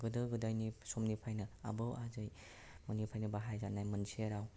गोदो गोदायनि समनिफ्रायनो आबौ आबै मोनिफ्रायनो बाहायजानाय मोनसे राव